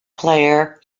player